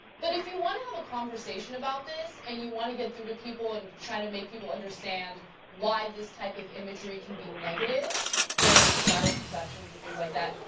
but if you want to have a conversation about this, and you want to get through to people and make people understand why this type of imagery can be negative for societal perceptions and things like that,